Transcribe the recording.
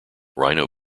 rhino